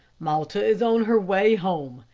malta is on her way home.